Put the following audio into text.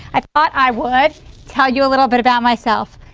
i thought i would tell you a little bit about myself,